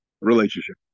relationship